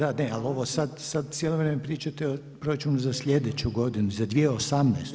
Ali ovo sad cijelo vrijeme pričate o proračunu za slijedeću godinu za 2018.